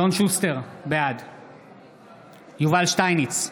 אלון שוסטר, בעד יובל שטייניץ,